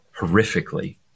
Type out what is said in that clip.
horrifically